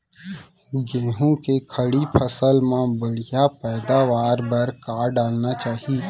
गेहूँ के खड़ी फसल मा बढ़िया पैदावार बर का डालना चाही?